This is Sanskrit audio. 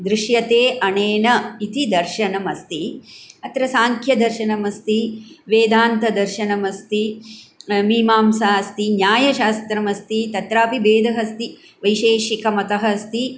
दृश्यते अनेन इति दर्शनमस्ति अत्र सांख्यदर्शनम् अस्ति वेदान्तदर्शनम् अस्ति मीमांसा अस्ति न्यायशास्त्रम् अस्ति तत्रापि भेदः अस्ति वैशेषिकमतम् अस्ति